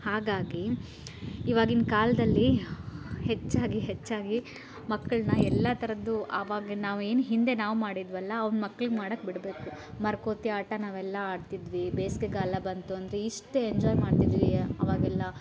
ಹಾಗಾಗಿ ಇವಾಗಿಂದು ಕಾಲದಲ್ಲಿ ಹೆಚ್ಚಾಗಿ ಹೆಚ್ಚಾಗಿ ಮಕ್ಕಳನ್ನ ಎಲ್ಲ ಥರದ್ದು ಅವಾಗ ನಾವೇನು ಹಿಂದೆ ನಾವು ಮಾಡಿದ್ದೆವಲ್ಲ ಅವು ಮಕ್ಕಳ್ಗೆ ಮಾಡೋಕ್ ಬಿಡಬೇಕು ಮರಕೋತಿ ಆಟ ನಾವೆಲ್ಲ ಆಡ್ತಿದ್ವಿ ಬೇಸಿಗೆಗಾಲ ಬಂತು ಅಂದರೆ ಇಷ್ಟು ಎಂಜಾಯ್ ಮಾಡ್ತಾಯಿದ್ವಿ ಆವಾಗೆಲ್ಲ